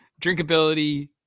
Drinkability